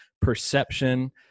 perception